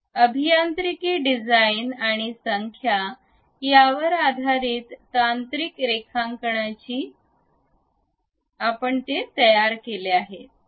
अभियांत्रिकी डिझाईन आणि संख्या यावर आधारित तांत्रिक रेखांकनाची ती तयार आहे